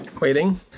Waiting